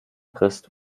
christ